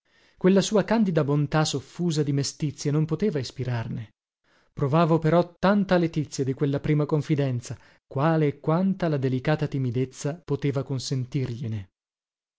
quella sua candida bontà soffusa di mestizia non poteva ispirarne provavo però tanta letizia di quella prima confidenza quale e quanta la delicata timidezza poteva